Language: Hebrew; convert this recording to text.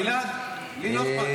גלעד, לי לא אכפת.